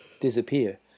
disappear